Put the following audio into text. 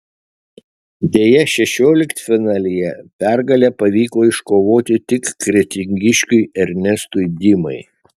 deja šešioliktfinalyje pergalę pavyko iškovoti tik kretingiškiui ernestui dimai